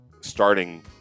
starting